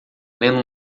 lendo